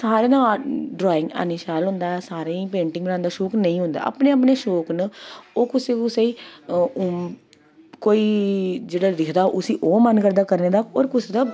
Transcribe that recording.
सारें दा ड्राइंग ऐनी शैल होंदा ऐ सारें ईं पेंटिंग बनाने दा शौंक नेईं होंदा ऐ अपने अपने शौंक न ओह् कुसै कुसै ई कोई जेह्ड़ा दिखदा उसी ओह् मन करदा करने दा होर कुसै दा